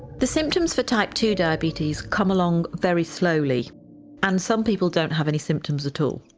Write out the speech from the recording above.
the symptoms for type two diabetes come along very slowly and some people don't have any symptoms at all.